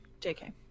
JK